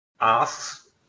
asks